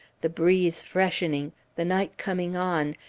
the breeze freshening, the night coming on,